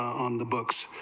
um the books,